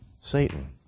Satan